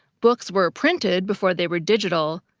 books were printed before they were digital,